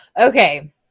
Okay